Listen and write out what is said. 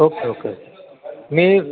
okay okay me